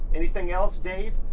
anything else, dave,